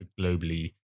globally